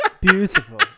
Beautiful